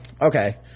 okay